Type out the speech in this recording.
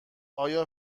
آیا